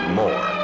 more